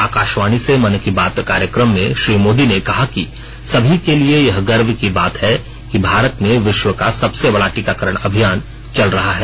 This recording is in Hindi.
आकाशवाणी से मन की बात कार्यक्रम में श्री मोदी ने कहा कि सभी के लिए यह गर्व की बात है कि भारत में विश्व का सबसे बड़ा टीकाकरण अभियान चल रहा है